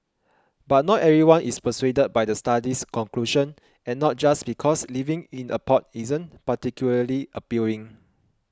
but not everyone is persuaded by the study's conclusion and not just because living in a pod isn't particularly appealing